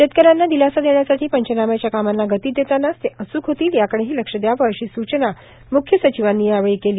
शेतकऱ्यांना दिलासा देण्यासाठी पंचनाम्याच्या कामांना गती देतानाच ते अचूक होतील याकडेही लक्ष द्यावंए अशी सुचना मुख्य सचिवांनी यावेळी केली